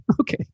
okay